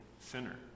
sinner